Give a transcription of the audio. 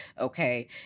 okay